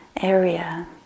area